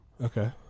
Okay